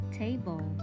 table